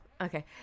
okay